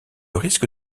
risque